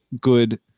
good